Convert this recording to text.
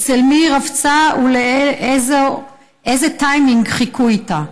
אצל מי היא רבצה ולאיזה טיימינג חיכו איתה.